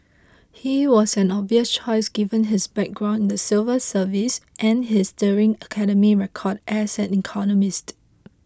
he was an obvious choice given his background in the civil service and his sterling academic record as an economist